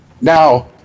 Now